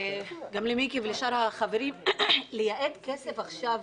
גם למיקי ולשאר החברים, לייעד כסף עכשיו